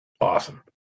Awesome